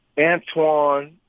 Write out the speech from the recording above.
Antoine